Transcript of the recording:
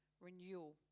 renewal